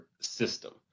system